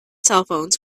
cellphones